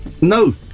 No